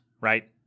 right—